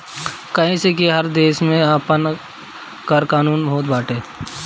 काहे से कि हर देस के आपन कर कानून होत बाटे